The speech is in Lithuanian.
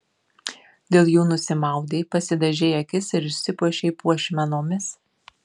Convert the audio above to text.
dėl jų nusimaudei pasidažei akis ir išsipuošei puošmenomis